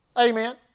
Amen